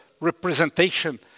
representation